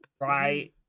Right